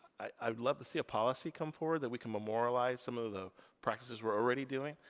i'd love to see a policy come forward that we can memorialize some of the practices we're already doing,